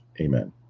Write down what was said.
Amen